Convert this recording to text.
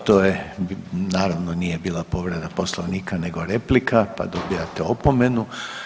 I to je, naravno nije bila povreda Poslovnika nego replika, pa dobijate opomenu.